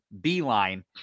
beeline